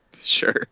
Sure